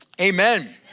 Amen